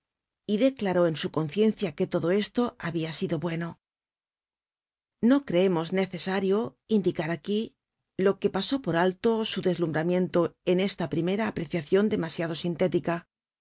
y declaró en su conciencia que lodo esto habia sido bueno no creemos necesario indicar aquí lo que pasó por alto su deslumbramiento en esta primera apreciacion demasiado sintética